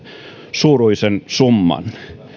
suuruisen summan